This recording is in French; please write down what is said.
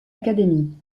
académie